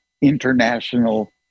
international